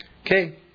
Okay